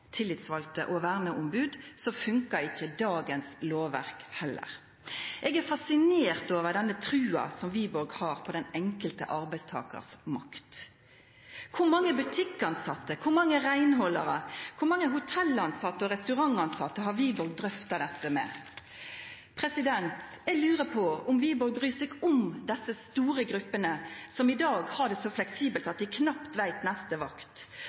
tillitsvalde og verneombod, fungerer ikkje dagens lovverk heller. Eg er fasinert over denne trua som Wiborg har på den enkelte arbeidstakars makt. Kor mange butikktilsette, kor mange reinhaldarar, kor mange hotelltilsette og restauranttilsette har Wiborg drøfta dette med? Eg lurer på om Wiborg bryr seg om desse store gruppene som i dag har det så fleksibelt at dei knapt veit om neste vakt,